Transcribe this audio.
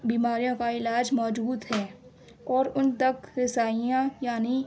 بیماریوں کا علاج موجود ہے اور ان تک رسائیاں یعنی